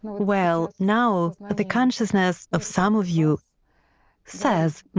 well, now the consciousness of some of you says